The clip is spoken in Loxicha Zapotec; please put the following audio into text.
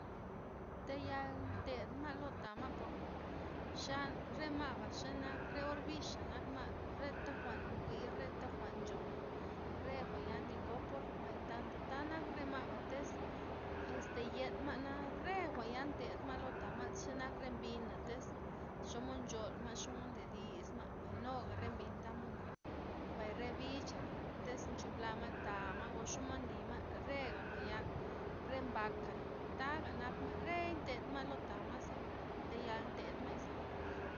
Tayal tedma' lotama' porke xa' rema'ba xenak re orbixa' nakma', reta jwa'n nwir, reta jwa'n nchonor, re jwa'ya nli kopor, mbak tanto tanak re ma'ba tez, este yen ma'na re jwa'n yaa' ntedma' lota ma' xenak re mbina', tez xomod ncholma' xomod ndedisma' mbay nuga re mbina' tamod nli, mbay re bicha na' tez nchuplama' tama' o xomod nli ma' rega jwa'n ya' re mbakna' taga nak ma' rey ntendma' lota ma' ze tayal nted mayza.